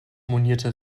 monierte